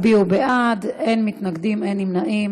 חברים, 13 הצביעו בעד, אין מתנגדים, אין נמנעים.